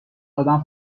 آدم